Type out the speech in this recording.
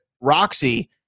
Roxy